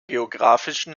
geografischen